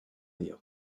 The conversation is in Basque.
dio